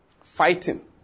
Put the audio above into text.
Fighting